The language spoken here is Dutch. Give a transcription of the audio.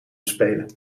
bespelen